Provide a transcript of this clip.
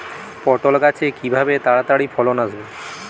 পটল গাছে কিভাবে তাড়াতাড়ি ফলন আসবে?